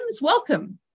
welcome